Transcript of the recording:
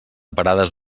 parades